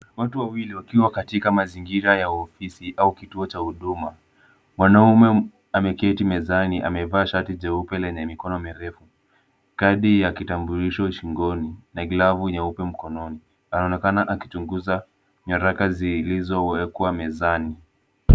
Watu wawili wakiwa katika mazingira ya ofisi au kituo cha huduma, mwanamume ameketi mezani amevaa shati jeupe lenye mikono mirefu, kadi ya kitambulisho shingoni na galavu nyeupe mkononi, anaonekana akichunguza nyaraka zilizowekwa mezani.